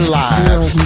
lives